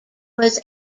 was